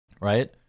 Right